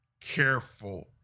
careful